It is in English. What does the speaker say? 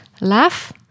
laugh